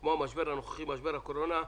כמו המשבר הנוכחי, משבר הקורונה,